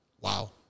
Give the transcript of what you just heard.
wow